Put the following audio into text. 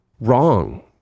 wrong